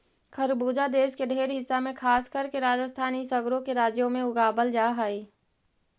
खरबूजा देश के ढेर हिस्सा में खासकर के राजस्थान इ सगरो के राज्यों में उगाबल जा हई